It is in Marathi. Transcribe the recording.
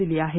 दिली आहे